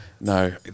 no